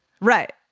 right